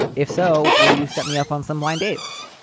if so, will you set me up on some blind dates?